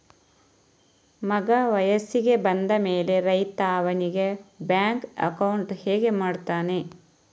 ಮಗ ವಯಸ್ಸಿಗೆ ಬಂದ ಮೇಲೆ ರೈತ ಅವನಿಗೆ ಬ್ಯಾಂಕ್ ಅಕೌಂಟ್ ಹೇಗೆ ಮಾಡ್ತಾನೆ?